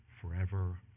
forever